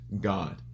God